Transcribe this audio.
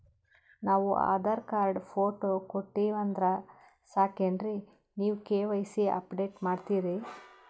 ನಾವು Aadhaar card, photo ಕೊಟ್ಟೀವಂದ್ರ ಸಾಕೇನ್ರಿ ನೀವ ಕೆ.ವೈ.ಸಿ ಅಪಡೇಟ ಮಾಡ್ತೀರಿ?